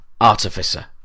Artificer